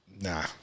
Nah